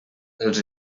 els